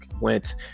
went